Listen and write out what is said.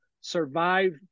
survive